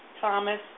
Thomas